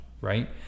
right